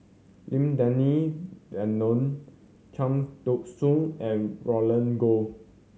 Lim Denan Denon Cham Tao Soon and Roland Goh